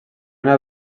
una